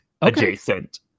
adjacent